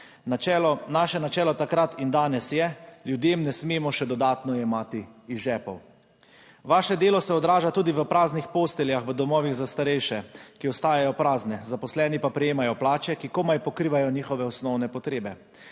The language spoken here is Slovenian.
Naše načelo takrat in danes je, ljudem ne smemo še dodatno jemati iz žepov. Vaše delo se odraža tudi v praznih posteljah v domovih za starejše, ki ostajajo prazne, zaposleni pa prejemajo plače, ki komaj pokrivajo njihove osnovne potrebe.